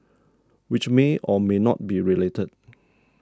which may or may not be related